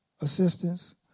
assistance